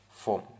Form